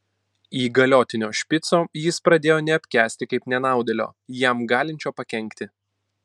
įgaliotinio špico jis pradėjo neapkęsti kaip nenaudėlio jam galinčio pakenkti